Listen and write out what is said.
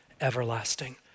everlasting